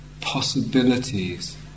possibilities